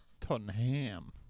Tottenham